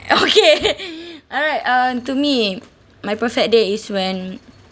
okay alright uh to me my perfect day is when